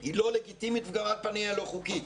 היא לא לגיטימית ועל פניה לא חוקית.